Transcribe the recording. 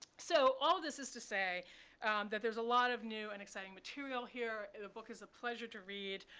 so all of this is to say that there's a lot of new and exciting material here. the book is a pleasure to read.